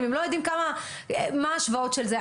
אם הם לא יודעים מה ההשוואות של זה.